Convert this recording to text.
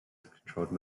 controlled